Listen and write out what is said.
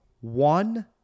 one